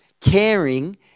caring